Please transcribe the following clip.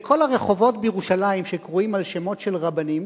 שכל הרחובות בירושלים שקרויים על שמות של רבנים,